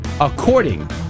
according